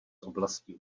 oblasti